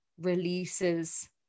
releases